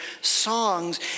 songs